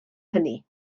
hynny